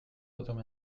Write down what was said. ordures